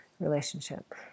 relationship